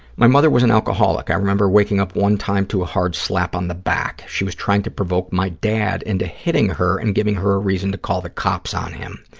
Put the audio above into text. my mother was an alcoholic. i remember waking up one time to a hard slap on the back. she was trying to provoke my dad into hitting her and giving her a reason to call the cops on him.